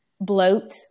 bloat